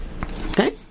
Okay